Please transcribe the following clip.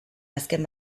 azken